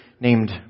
named